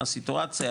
מה הסיטואציה,